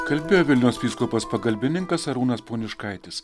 kalbėjo vilniaus vyskupas pagalbininkas arūnas poniškaitis